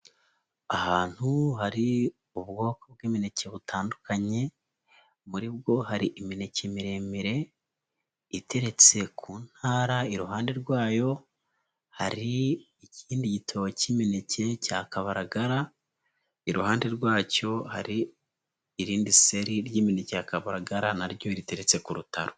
Ahantu hari ubwoko bw'imineke butandukanye, muri bwo hari imineke miremire iteretse ku ntara, iruhande rwayo hari ikindi gitoki cy'imineke cya kabaragara, iruhande rwacyo hari irindi seri ry'imineke ya kabaragara na ryo riteretse ku rutaro.